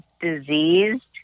diseased